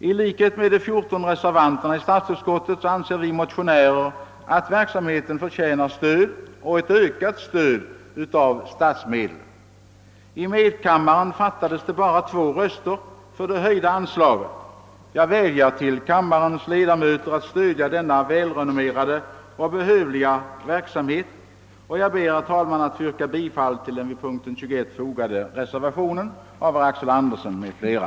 I likhet med de 14 reservanterna i statsutskottet anser vi motionärer att verksamheten förtjänar stöd och ett ökat stöd av statsmedel. I medkamma ren fattades bara två röster för att det höjda anslaget skulle ha godtagits. Jag vill vädja till kammarens ledamöter att stödja denna välrenommerade och behövliga verksamhet, och jag ber, herr talman, att få yrka bifall till den vid punkt 21 fogade reservationen av herr Axel Andersson m.fl.